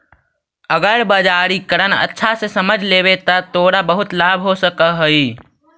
अगर बाजारीकरण अच्छा से समझ लेवे त तोरा बहुत लाभ हो सकऽ हउ